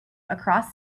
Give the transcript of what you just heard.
across